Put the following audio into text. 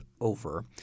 over